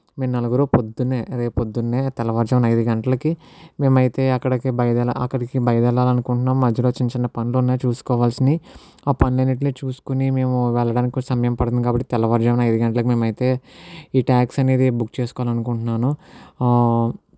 మేము నలుగురు పొద్దున్నే రేపు పొద్దున్నే తెల్లవారుజామున ఐదు గంటలకి మేము అయితే అక్కడికి బయదెరాలి అక్కడికి బయదెరాలి అనుకుంటున్నాము మధ్యలో చిన్న పనులు ఉన్నాయి చూసుకోవలసినవి ఆ పనులన్నింటినీ చూసుకొని మేము వెళ్ళడానికి సమయం పడుతుంది కాబట్టి తెల్లవారుజామున ఐదు గంటలకి మేమయితే ఈ ట్యాక్సీ అనేది బుక్ చేసుకోవాలి అనుకుంటున్నాను